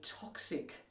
toxic